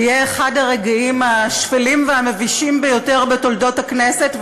זה יהיה אחד הרגעים השפלים והמבישים ביותר בתולדות הכנסת,